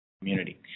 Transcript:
community